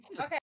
Okay